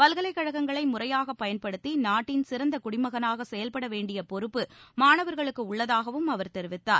பல்கலைக்கழகங்களை முறையாகப் பயன்படுத்தி நாட்டின் சிறந்த குடிமகனாக செயல்பட வேண்டிய பொறுப்பு மாணவர்களுக்கு உள்ளதாகவும் அவர் தெரிவித்தார்